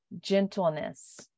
gentleness